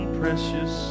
precious